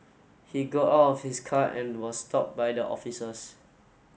he got out of his car and was stopped by the officers